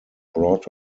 brought